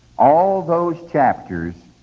all those chapters